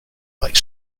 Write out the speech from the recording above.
like